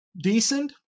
decent